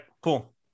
cool